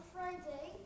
Friday